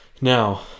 Now